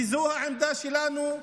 כי זו העמדה שלנו,